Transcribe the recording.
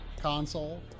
console